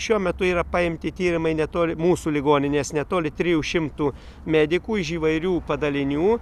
šiuo metu yra paimti tyrimai netoli mūsų ligoninės netoli trijų šimtų medikų iš įvairių padalinių